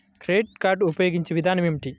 Credit card ఉపయోగించే విధానం ఏమి?